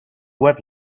what